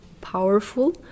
powerful